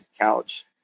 couch